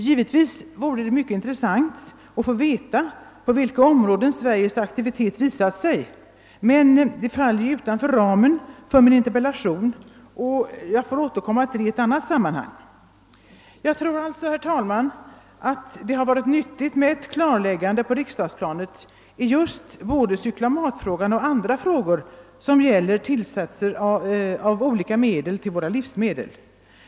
Givetvis vore det mycket intressant att få veta på vilka områden Sveriges aktivitet visat sig, men det faller ju utanför ramen för min interpellation, varför jag får återkomma härtill i annat sammanhang. Herr talman! Jag tror att det har varit nyttigt med ett klarläggande på riksdagsplanet i just cyklamatfrågan och andra frågor som gäller tillsatser av olika medel till våra livsmedel.